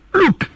look